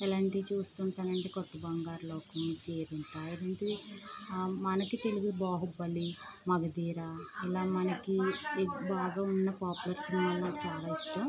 ఇలాంటివి చూస్తుంటానండి కొత్త బంగారులోకం కేరింత మహానటి తెలుగు బాహుబలి మగధీర అలా మనకి బాగా ఉన్న పాపులర్ సినిమాలు చాలా ఇష్టం